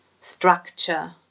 structure